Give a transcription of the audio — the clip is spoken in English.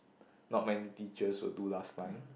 not many teachers would do last time